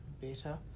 better